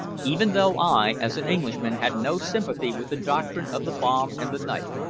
even though i, as an englishman, had no sympathy with the doctrine of the bomb and the knife.